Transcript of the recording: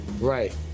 Right